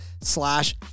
slash